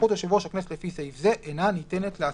סמכות יושב ראש הכנסת לפי סעיף קטן זה אינה ניתנת לאצילה.